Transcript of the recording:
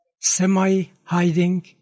semi-hiding